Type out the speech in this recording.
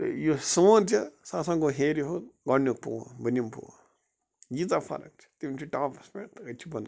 تہٕ یُس سون چھُ سُہ ہسا گوٚو ہیٚرِ ہُنٛد گۄڈنیُک پوو بۅنِم پوو یِیٖژاہ فرق چھِ تِم چھِ ٹاپس پیٚٹھ تہٕ أسۍ چھِ بۄنٕہ کَنہِ